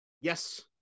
Yes